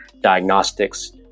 diagnostics